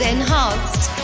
Enhanced